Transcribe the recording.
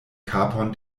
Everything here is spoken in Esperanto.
kapon